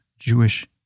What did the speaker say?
Jewish